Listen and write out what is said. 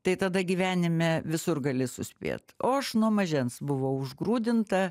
tai tada gyvenime visur gali suspėt o aš nuo mažens buvau užgrūdinta